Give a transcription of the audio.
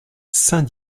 saint